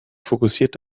fokussiert